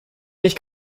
nicht